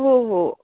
हो हो